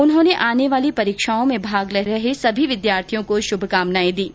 उन्होंने आने वाली परीक्षाओं में भाग ले रहे सभी विद्यार्थियों को शुभकामनाएं भी दीं